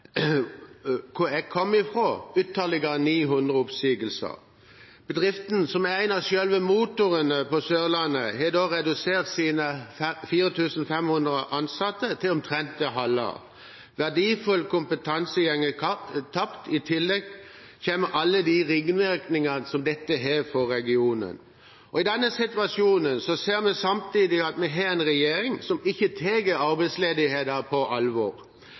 900 oppsigelser. Bedriften, som er en av selve motorene på Sørlandet, har da redusert sine 4 500 ansatte til omtrent det halve. Verdifull kompetanse går tapt, og i tillegg kommer alle de ringvirkningene som dette har for regionen. I denne situasjonen ser vi samtidig at vi har en regjering som ikke tar arbeidsledigheten på alvor.